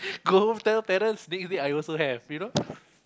go home tell parents that I also have you know